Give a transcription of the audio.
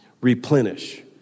replenish